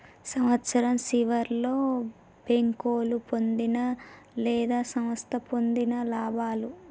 సంవత్సరం సివర్లో బేంకోలు పొందిన లేదా సంస్థ పొందిన లాభాలు